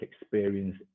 experience